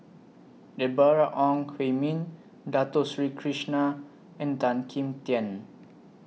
Deborah Ong Hui Min Dato Sri Krishna and Tan Kim Tian